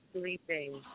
sleeping